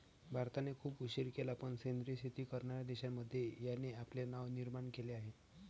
भारताने खूप उशीर केला पण सेंद्रिय शेती करणार्या देशांमध्ये याने आपले नाव निर्माण केले आहे